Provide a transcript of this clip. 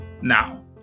Now